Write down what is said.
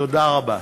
תודה רבה.